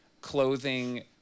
clothing